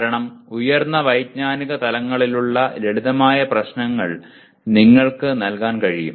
കാരണം ഉയർന്ന വൈജ്ഞാനിക തലങ്ങളിലുള്ള ലളിതമായ പ്രശ്നങ്ങൾ നിങ്ങൾക്ക് നൽകാൻ കഴിയും